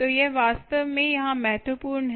तो यह वास्तव में यहाँ महत्वपूर्ण है